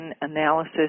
analysis